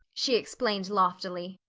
she explained loftily.